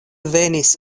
venis